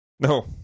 No